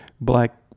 Black